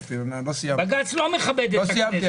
בג"ץ לא מכבד את הכנסת.